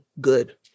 good